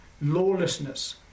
lawlessness